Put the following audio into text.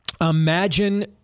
Imagine